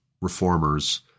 reformers